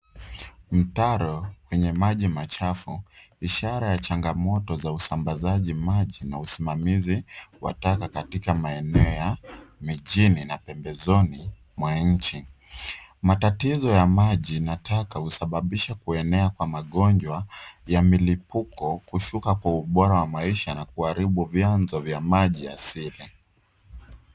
Mtaro wenye maji machafu ishara ya changamoto za usambazaji maji na usimamizi wa taka katika maeneo ya mijini na pembezoni mwa nchi. Matatizo ya maji na taka husababisha kuenea kwa magonjwa ya malipuko, kushuka kwa ubora wa maisha na kuharibu vyanzo vya maji ya siri.